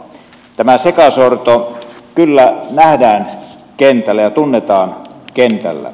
tämä sekasorto kyllä nähdään kentällä ja tunnetaan kentällä